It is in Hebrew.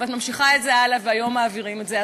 ואת ממשיכה את זה הלאה והיום מעבירים את זה.